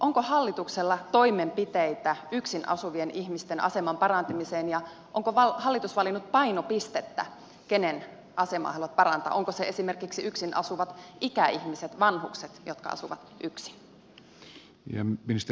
onko hallituksella toimenpiteitä yksin asuvien ihmisten aseman parantamiseen ja onko hallitus valinnut painopistettä kenen asemaa halutaan parantaa onko se esimerkiksi yksin asuvat ikäihmiset vanhukset jotka asuvat yksin